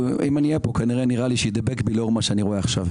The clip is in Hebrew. אם אני אהיה פה כפי הנראה ידבק גם בי לאור מה שאני רואה עכשיו.